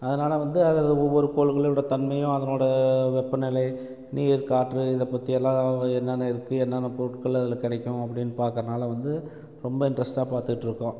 அதனால் வந்து அது ஒவ்வொரு கோள்களோட தன்மையும் அதனோட வெப்பநிலை நீர் காற்று இதை பற்றி எல்லாம் என்னென்ன இருக்குது என்னென்ன பொருட்கள் அதில் கிடைக்கும் அப்படின்னு பார்க்குறனால வந்து ரொம்ப இன்ட்ரெஸ்ட்டாக பார்த்துட்ருக்கோம்